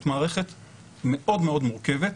זאת מערכת מאוד-מאוד מורכבת.